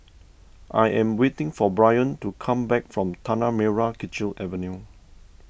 I am waiting for Bryon to come back from Tanah Merah Kechil Avenue